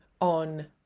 on